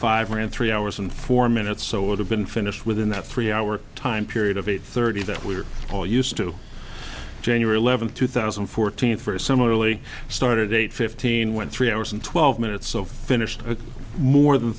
five around three hours and four minutes so it would have been finished within that three hour time period of eight thirty that we're all used to january eleventh two thousand and fourteen for similarly started eight fifteen went three hours and twelve minutes so finished more than